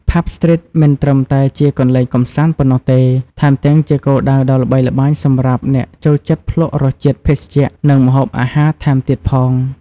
ផាប់ ស្ទ្រីត មិនត្រឹមតែជាកន្លែងកម្សាន្តប៉ុណ្ណោះទេ ថែមទាំងជាគោលដៅដ៏ល្បីល្បាញសម្រាប់អ្នកចូលចិត្តភ្លក្សរសជាតិភេសជ្ជៈ និងម្ហូបអាហារថែមទៀតផង។